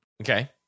Okay